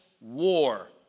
war